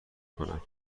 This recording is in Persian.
کنم